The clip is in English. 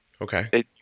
Okay